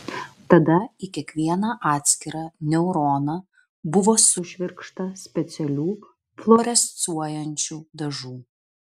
tada į kiekvieną atskirą neuroną buvo sušvirkšta specialių fluorescuojančių dažų